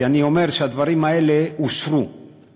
כי אני אומר שהדברים האלה אושרו,